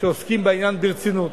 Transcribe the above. שעוסקים בעניין ברצינות.